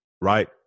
right